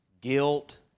Guilt